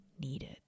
needed